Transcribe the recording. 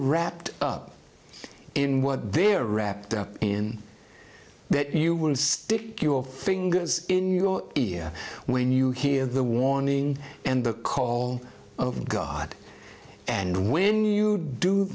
wrapped up in what they're wrapped up in that you would stick your fingers in your ear when you hear the warning and the call of god and when you do